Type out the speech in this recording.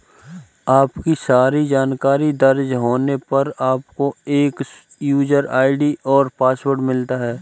आपकी सारी जानकारी दर्ज होने पर, आपको एक यूजर आई.डी और पासवर्ड मिलता है